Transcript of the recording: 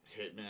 Hitman